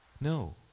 No